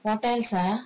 ah